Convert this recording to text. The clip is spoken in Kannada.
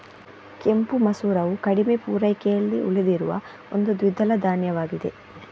ಕೆಂಪು ಮಸೂರವು ಕಡಿಮೆ ಪೂರೈಕೆಯಲ್ಲಿ ಉಳಿದಿರುವ ಒಂದು ದ್ವಿದಳ ಧಾನ್ಯವಾಗಿದೆ